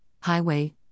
Highway